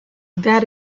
that